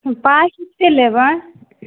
पाइ कतेक लेबै